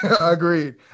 Agreed